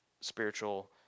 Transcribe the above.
spiritual